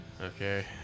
Okay